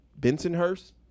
Bensonhurst